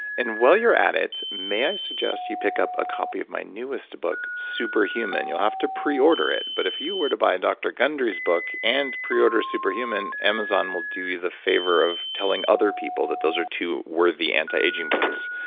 and while you're at it, may i suggest you pick up a copy of my newest book super human? you'll have to pre-order it, but if you to buy and dr gundry's book and pre-order super human, amazon will do you the favor of telling other people that those are two worthy anti-aging books.